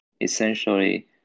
Essentially